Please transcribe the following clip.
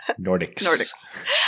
Nordics